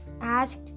asked